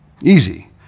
easy